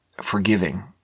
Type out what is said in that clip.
forgiving